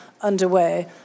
underway